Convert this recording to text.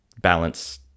balance